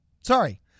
Sorry